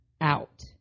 out